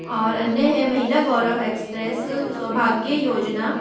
और अन्य है महिला गौरव एक्सप्रेस सौभाग्य योजना